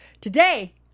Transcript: Today